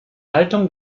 haltung